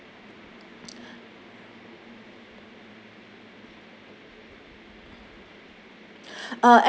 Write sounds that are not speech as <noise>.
<breath>